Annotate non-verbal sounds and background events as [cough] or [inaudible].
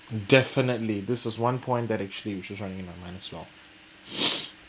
definitely this is one point that actually which is right in my mind as well [breath]